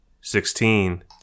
Sixteen